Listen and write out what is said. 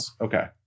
Okay